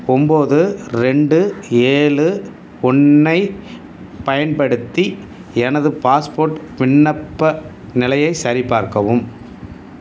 ஒம்போது ரெண்டு ஏழு ஒன்று ஐப் பயன்படுத்தி எனது பாஸ்போர்ட் விண்ணப்ப நிலையை சரிபார்க்கவும்